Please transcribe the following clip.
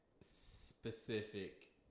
specific